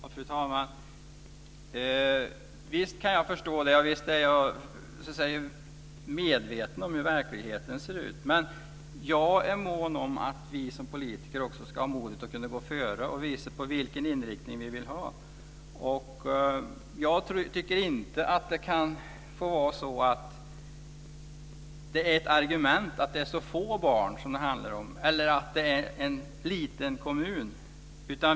Fru talman! Visst kan jag förstå det. Visst är jag medveten om hur verkligheten ser ut. Men jag är också mån om att vi som politiker ska kunna ha modet att gå före och visa vilken inriktning vi vill ha. Jag tycker inte att det ska få vara ett argument att det handlar om så få barn eller en så liten kommun.